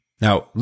Now